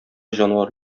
җанвар